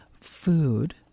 food